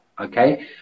okay